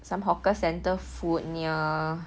some hawker centre food near